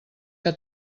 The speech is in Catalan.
que